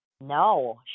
No